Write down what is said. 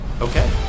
Okay